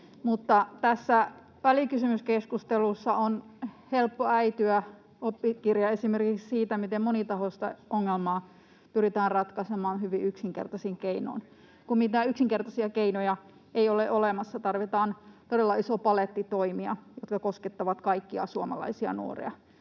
tässä välikysymyskeskustelussa on helppo äityä oppikirjaesimerkiksi siitä, miten monitahoista ongelmaa pyritään ratkaisemaan hyvin yksinkertaisin keinoin, kun mitään yksinkertaisia keinoja ei ole olemassa. Tarvitaan todella iso paletti toimia, jotka koskettavat kaikkia suomalaisia nuoria.